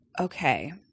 Okay